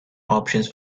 options